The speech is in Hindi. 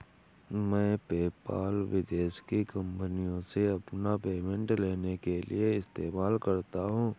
मैं पेपाल विदेश की कंपनीयों से अपना पेमेंट लेने के लिए इस्तेमाल करता हूँ